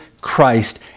Christ